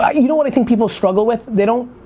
ah you know what i think people struggle with, they don't,